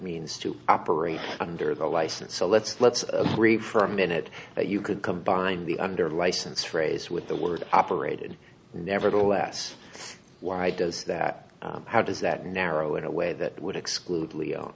means to operate under the license so let's let's of three for a minute that you could combine the under license phrase with the word operated nevertheless why does that how does that narrow in a way that would exclude leo